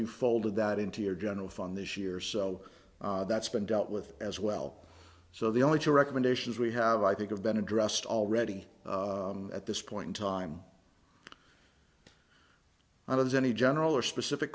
you folded that into your general fund this year so that's been dealt with as well so the only two recommendations we have i think of been addressed already at this point in time and as any general or specific